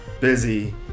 busy